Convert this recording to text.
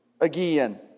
again